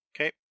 Okay